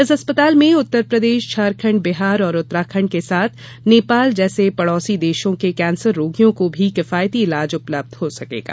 इस अस्पताल में उत्तरप्रदेश झारखण्ड बिहार और उत्तराखण्ड के साथ नेपाल जैसे पड़ोसी देशों के कैंसर रोगियों को भी किफायती इलाज उपलब्ध हो सकेगा